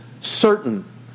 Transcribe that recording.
certain